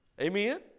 Amen